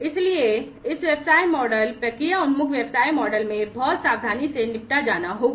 इसलिए इस व्यवसाय मॉडल प्रक्रिया उन्मुख व्यवसाय मॉडल में बहुत सावधानी से निपटा जाना होगा